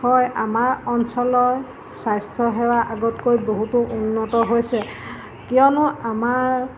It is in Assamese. হয় আমাৰ অঞ্চলৰ স্বাস্থ্যসেৱা আগতকৈ বহুতো উন্নত হৈছে কিয়নো আমাৰ